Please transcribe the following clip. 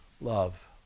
love